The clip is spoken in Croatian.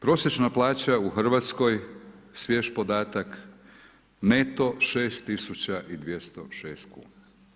Prosječna plaća u Hrvatskoj, svijež podatak neto 6206 kn.